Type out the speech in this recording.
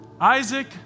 Isaac